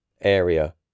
area